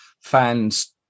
fans